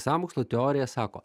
sąmokslo teorija sako